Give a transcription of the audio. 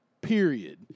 period